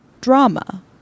drama